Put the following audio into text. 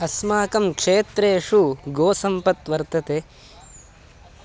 अस्माकं क्षेत्रेषु गोसम्पत् वर्तते